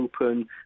open